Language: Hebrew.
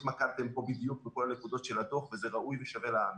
לא התמקדתם פה בדיוק בכל הנקודות של הדוח וזה ראוי ושווה למיקרו.